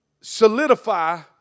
solidify